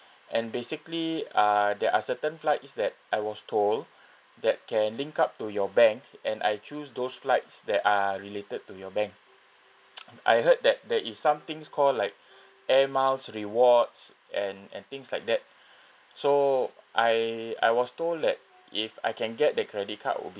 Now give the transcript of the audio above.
and basically uh there are certain flights that I was told that can link up to your bank and I choose those flights that are related to your bank I heard that there is some things call like air miles rewards and and things like that so I I was told that if I can get that credit card would be